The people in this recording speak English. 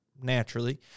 naturally